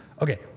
Okay